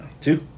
Two